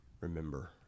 remember